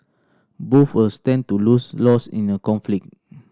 both will stand to lose lost in a conflict